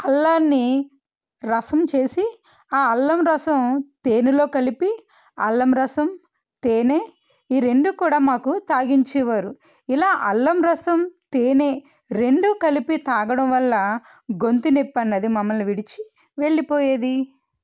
అల్లాన్ని రసం చేసి ఆ అల్లం రసం తేనెలో కలిపి అల్లం రసం తేనె ఈ రెండు కూడా మాకు తాగించేవారు ఇలా అల్లం రసం తేనె రెండు కలిపి తాగడం వల్ల గొంతు నొప్పి అన్నది మమ్మల్ని విడిచి వెళ్ళిపోయేది